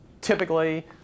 typically